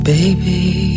Baby